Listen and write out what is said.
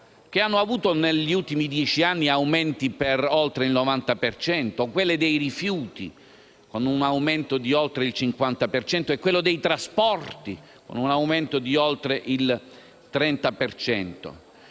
che hanno avuto negli ultimi dieci anni aumenti per oltre il 90 per cento, o quelle dei rifiuti, con un aumento di oltre il 50 per cento, o quelle dei trasporti, con un aumento di oltre il 30